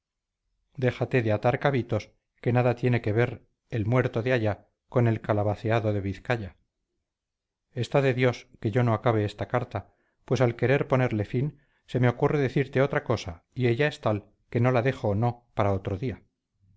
déjate de atar cabitos que nada tiene que ver el muerto de allá con el calabaceado de vizcaya está de dios que yo no acabe esta carta pues al querer ponerle fin se me ocurre decirte otra cosa y ella es tal que no la dejo no para otro día